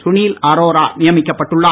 சுனில் அரோரா நியமிக்கப்பட்டுள்ளார்